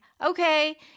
Okay